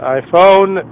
iPhone